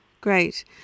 Great